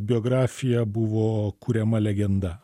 biografija buvo kuriama legenda